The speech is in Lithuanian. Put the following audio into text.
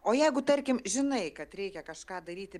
o jeigu tarkim žinai kad reikia kažką daryti